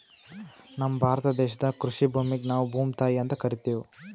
ನಮ್ ಭಾರತ ದೇಶದಾಗ್ ಕೃಷಿ ಭೂಮಿಗ್ ನಾವ್ ಭೂಮ್ತಾಯಿ ಅಂತಾ ಕರಿತಿವ್